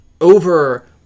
over